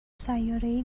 سیارهای